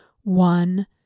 One